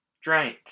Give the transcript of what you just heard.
drank